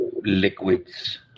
liquids